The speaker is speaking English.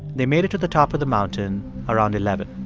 they made it to the top of the mountain around eleven.